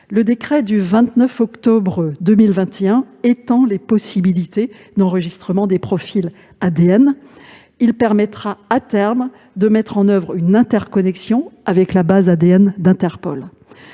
Le décret du 29 octobre 2021 étend les possibilités d'enregistrement des profils ADN. Il permettra, à terme, de mettre en oeuvre une interconnexion avec la base ADN d'Interpol.